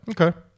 Okay